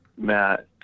Matt